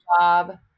job